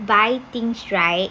buy things right